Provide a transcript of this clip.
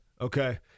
Okay